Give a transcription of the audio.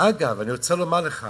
ואגב, אני רוצה לומר לך